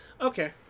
okay